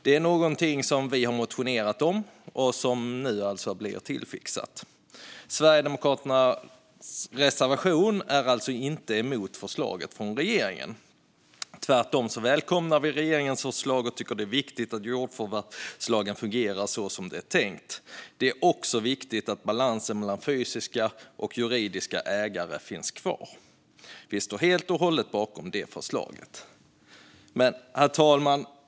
Det är något Sverigedemokraterna motionerat om och som nu fixas till. Sverigedemokraternas reservation handlar alltså inte om förslaget från regeringen. Vi välkomnar tvärtom regeringens förslag och tycker det är viktigt att jordförvärvslagen fungerar som det är tänkt. Det är också viktigt att balansen mellan fysiska och juridiska ägare finns kvar. Vi står helt bakom förslaget. Herr talman!